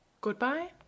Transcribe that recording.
Goodbye